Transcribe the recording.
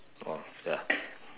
oh ya